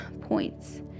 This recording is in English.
points